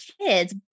kids